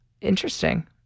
interesting